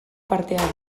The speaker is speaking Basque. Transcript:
partea